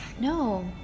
no